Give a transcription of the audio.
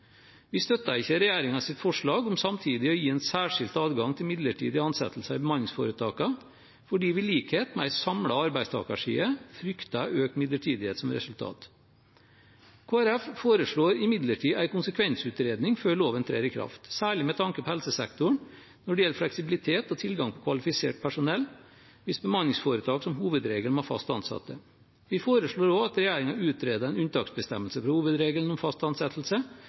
Vi støtter ikke regjeringens forslag om samtidig å gi en særskilt adgang til midlertidige ansettelser i bemanningsforetakene, fordi vi i likhet med en samlet arbeidstakerside frykter økt midlertidighet som resultat. Kristelig Folkeparti foreslår imidlertid en konsekvensutredning før loven trer i kraft, særlig med tanke på helsesektoren, når det gjelder fleksibilitet og tilgang på kvalifisert personell, hvis bemanningsforetak som hovedregel må ha fast ansatte. Vi foreslår også at regjeringen utreder en unntaksbestemmelse fra hovedregelen om fast ansettelse